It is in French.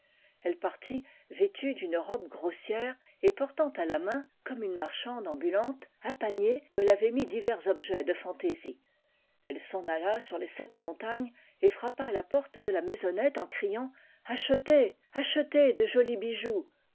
elle partit vêtue d'une robe grossière et portant à la main comme une marchande ambulante un panier où elle avait mis divers objets de fantaisie elle s'en alla sur les sept montagnes et frappa à la porte de la maisonnette en criant achetez achetez de jolis bijoux